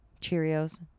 Cheerios